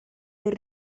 per